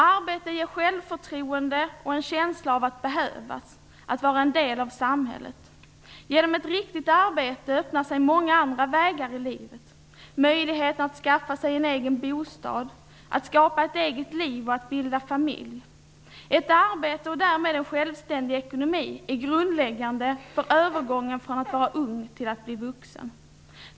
Arbete ger självförtroende och en känsla av att behövas, att vara en del av samhället. Genom ett riktigt arbete öppnar sig många andra vägar i livet, möjlighet att skaffa sig en egen bostad, att skapa ett eget liv och att bilda familj. Ett arbete, och därmed en självständig ekonomi, är grundläggande för övergången från att vara ung till att bli vuxen.